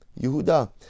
Yehuda